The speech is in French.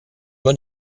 bon